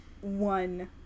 one